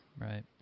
Right